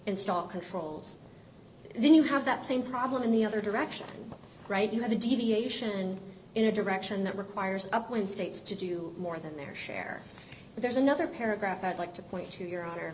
and start controls then you have that same problem in the other direction right you have a deviation in a direction that requires upwind states to do more than their share there's another paragraph i'd like to point to your hon